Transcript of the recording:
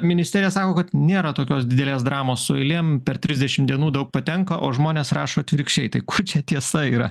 ministerija saugo kad nėra tokios didelės dramos su eilėm per trisdešim dienų daug patenka o žmonės rašo atvirkščiai tai kur čia tiesa yra